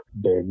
big